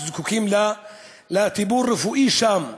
זקוקים לטיפול הרפואי שם.